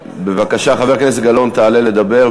בבקשה, חבר הכנסת גלאון, תעלה לדבר.